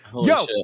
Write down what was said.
Yo